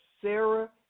Sarah